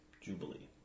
Jubilee